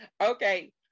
Okay